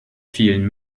vielen